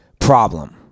problem